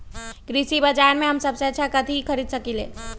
कृषि बाजर में हम सबसे अच्छा कथि खरीद सकींले?